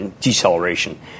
deceleration